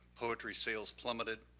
poetry sales plummeted.